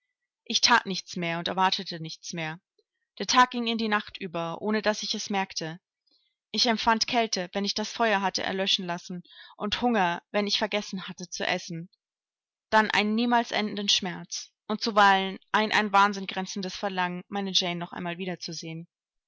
ich that nichts mehr und erwartete nichts mehr der tag ging in die nacht über ohne daß ich es merkte ich empfand kälte wenn ich das feuer hatte erlöschen lassen und hunger wenn ich vergessen hatte zu essen dann einen niemals endenden schmerz und zuweilen ein an wahnsinn grenzendes verlangen meine jane noch einmal wiederzusehen